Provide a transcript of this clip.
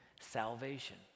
salvation